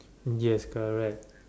yes correct